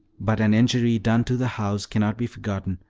but an injury done to the house cannot be forgotten,